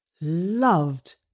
loved